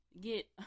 get